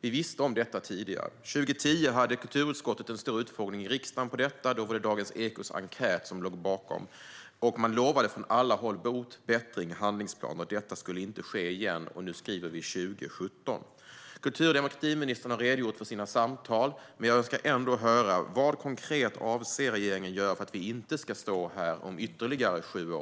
Vi visste om det tidigare. År 2010 hade kulturutskottet en stor utfrågning om detta. Då var det Dagens Ekos enkät som låg bakom den. Man lovade från alla håll bot, bättring, handlingsplaner och att detta inte skulle igen. Nu skriver vi 2017. Kultur och demokratiministern har redogjort för sina samtal, men jag önskar ändå höra: Vad konkret avser regeringen att göra för att vi inte ska stå här igen om ytterligare sju år?